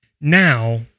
Now